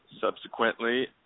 subsequently